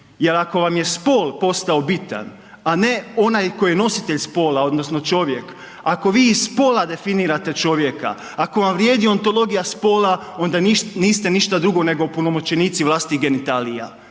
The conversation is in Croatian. Jer ako vam je spol postao bitan a ne onaj koji je nositelj spola odnosno čovjek, ako vi iz spola definirate čovjeka, ako vam vrijedi ontologija spola onda niste ništa drugo nego opunomoćenici vlastitih genitalija,